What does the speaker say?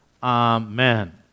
Amen